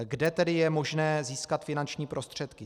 Kde tedy je možné získat finanční prostředky?